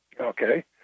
okay